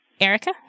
Erica